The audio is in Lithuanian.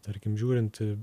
tarkim žiūrint